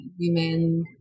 Women